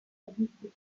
verwüstete